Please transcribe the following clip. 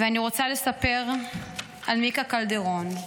ואני רוצה לספר על מיקה קלדרון.